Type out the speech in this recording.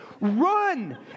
Run